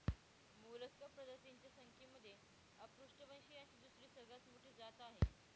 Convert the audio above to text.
Mollusca प्रजातींच्या संख्येमध्ये अपृष्ठवंशीयांची दुसरी सगळ्यात मोठी जात आहे